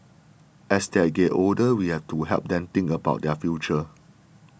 as they're get older we have to help them think about their future